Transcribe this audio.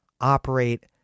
operate